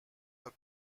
her